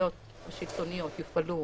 שהסמכויות השלטוניות יופעלו